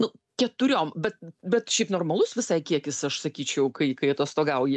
nu keturiom bet bet šiaip normalus visai kiekis aš sakyčiau kai kai atostogauji